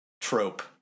trope